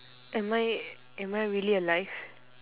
am I am I really alive